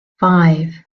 five